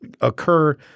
occur